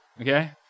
Okay